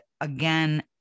again